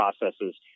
processes